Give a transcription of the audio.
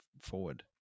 forward